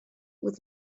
with